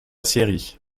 série